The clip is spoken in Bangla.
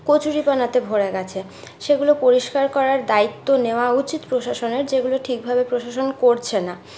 কচুরিপানাতে ভরে গেছে সেগুলো পরিষ্কার করার দায়িত্ব নেওয়া উচিৎ প্রশাসনের যেগুলো ঠিকভাবে প্রশাসন করছে না